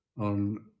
on